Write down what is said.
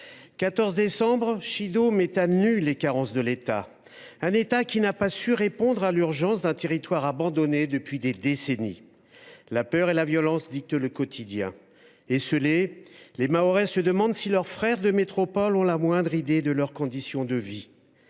14 décembre, Chido met à nu les carences de l’État, qui n’a pas su répondre à l’urgence de la situation d’un territoire abandonné depuis des décennies. La peur et la violence dictent le quotidien. Esseulés, les Mahorais se demandent si leurs frères de métropole ont la moindre idée de leurs conditions de vie.